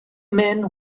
men